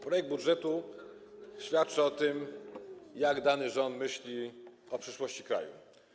Projekt budżetu świadczy o tym, jak dany rząd myśli o przyszłości kraju.